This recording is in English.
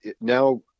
now